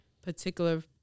particular